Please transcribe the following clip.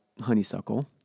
honeysuckle